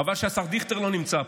חבל שהשר דיכטר לא נמצא פה.